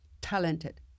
talented